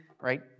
right